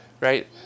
right